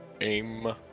aim